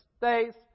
states